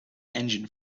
engine